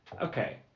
Okay